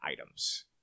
items